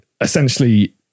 essentially